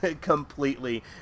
completely